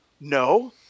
No